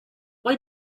why